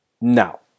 now